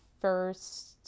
first